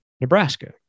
Nebraska